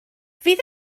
fydd